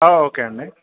okay అండి